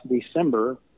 December